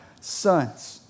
sons